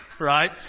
right